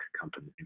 company